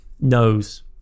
knows